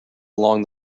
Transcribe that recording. along